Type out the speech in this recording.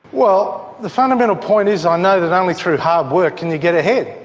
well, the fundamental point is i know that only through hard work can you get ahead,